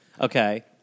Okay